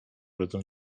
rodzą